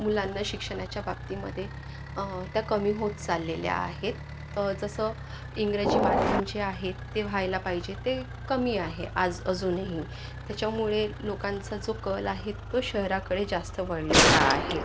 मुलांना शिक्षणाच्या बाबतीमध्ये त्या कमी होत चाललेल्या आहेत तर जसं इंग्रजी माध्यम जे आहेत ते व्हायला पाहिजेत ते कमी आहे आज अजूनही त्याच्यामुळे लोकांचा जो कल आहे तो शहराकडे जास्त वळलेला आहे